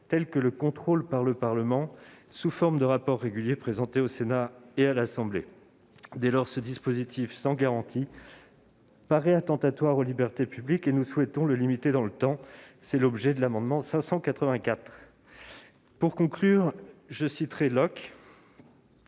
telles que le contrôle par le Parlement sur la base de rapports réguliers présentés au Sénat et à l'Assemblée nationale. Dès lors, il paraît attentatoire aux libertés publiques. Nous souhaitons le limiter dans le temps. C'est l'objet de l'amendement n° 584 rectifié. Pour conclure, je citerai Locke,